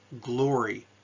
glory